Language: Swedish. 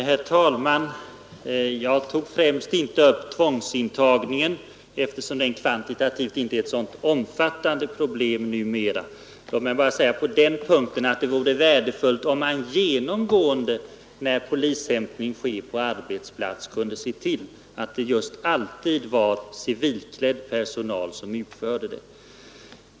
Herr talman! Jag tog främst inte upp frågan om tvångsintagningen, eftersom den kvantitativt numera inte är det mest omfattande problemet. Låt mig på den punkten dock poängtera en sak, nämligen att det vore värdefullt att man vid polishämtning på arbetsplats ser till att denna alltid utförs av civilklädd personal.